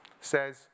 says